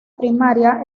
primaria